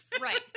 Right